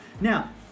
Now